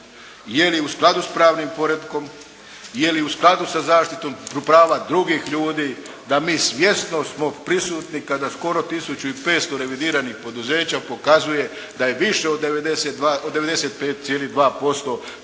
je li u skladu s pravnim poretkom, je li u skladu sa zaštitom prava drugih ljudi da mi svjesno smo prisutni kada skoro 1500 revidiranih poduzeća pokazuje da je više od 92, od